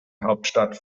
hauptstadt